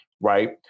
right